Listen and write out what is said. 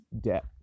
debt